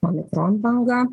omikron banga